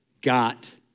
Got